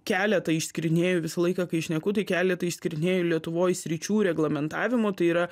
keletą išskyrinėju visą laiką kai šneku tai keletą išskyrinėju lietuvoj sričių reglamentavimo tai yra